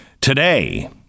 today